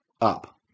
up